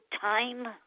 time